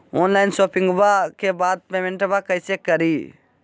Online शोपिंग्बा के बाद पेमेंटबा कैसे करीय?